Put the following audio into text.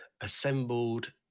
assembled